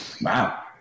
Wow